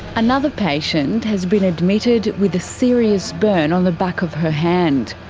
another patient has been admitted with a serious burn on the back of her hand.